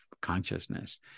consciousness